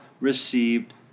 received